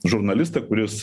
žurnalistą kuris